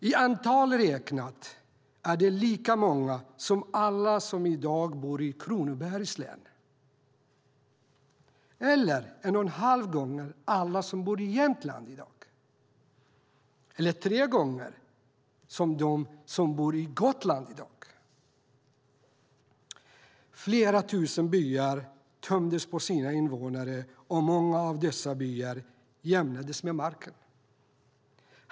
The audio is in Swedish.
I antal räknat är det lika många som alla som i dag bor i Kronobergs län eller 1,5 gånger alla som bor i Jämtland i dag eller tre gånger alla som bor på Gotland i dag. Flera tusen byar tömdes på sina invånare, och många av dessa byar jämnades med marken.